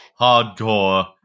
Hardcore